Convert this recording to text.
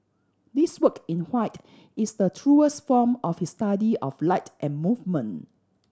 this work in white is the truest form of his study of light and movement